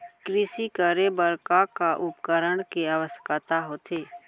कृषि करे बर का का उपकरण के आवश्यकता होथे?